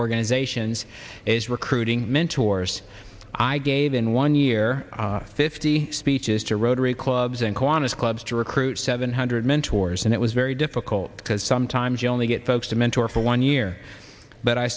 organizations is recruiting mentors i gave in one year fifty speeches to rotary clubs and quantised clubs to recruit seven hundred mentors and it was very difficult because sometimes you only get folks to mentor for one year but i